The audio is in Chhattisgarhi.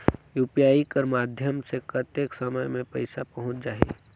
यू.पी.आई कर माध्यम से कतेक समय मे पइसा पहुंच जाहि?